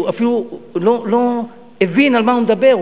הוא אפילו לא הבין על מה הוא מדבר,